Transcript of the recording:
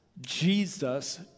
Jesus